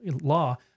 law